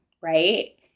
right